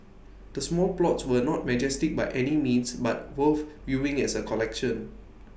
the small plots were not majestic by any means but worth viewing as A collection